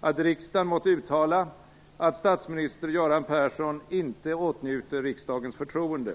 att riksdagen måtte uttala att statsminister Göran Persson inte åtnjuter riksdagens förtroende.